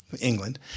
England